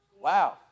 wow